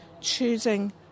choosing